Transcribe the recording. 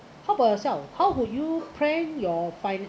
how about yourself how would you plan your financial